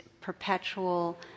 perpetual